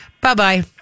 Bye-bye